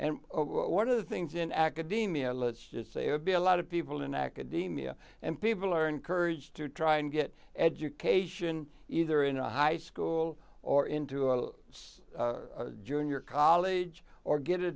of the things in academia let's just say it be a lot of people in academia and people are encouraged to try and get education either in a high school or into a junior college or get a